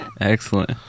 Excellent